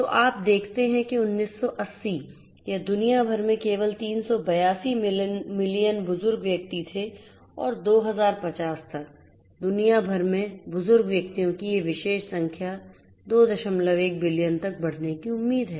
तो आप देखते हैं कि 1980 यह दुनिया भर में केवल 382 मिलियन बुजुर्ग व्यक्ति थे और 2050 तक दुनिया भर में बुजुर्ग व्यक्तियों की यह विशेष संख्या 21 बिलियन तक बढ़ने की उम्मीद है